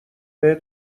بهت